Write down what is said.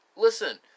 Listen